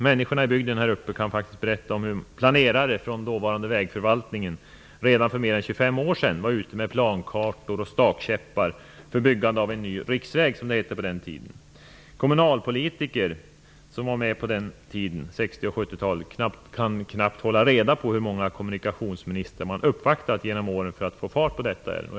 Människorna i bygden här uppe kan berätta om hur planerare från dåvarande Vägförvaltningen redan för mer än 25 år sedan var ute med plankartor och stakkäppar för byggande av en ny riksväg, som det hette på den tiden. Kommunalpolitiker som var med redan på 60 och 70-talet kan knappt hålla reda på hur många kommunikationsministrar man uppvaktat genom åren för att få fart på detta ärende.